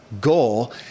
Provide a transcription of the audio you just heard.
Goal